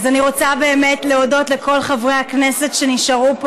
אז אני רוצה באמת להודות לכל חברי הכנסת שנשארו פה